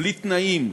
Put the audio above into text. בלי תנאים,